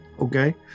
okay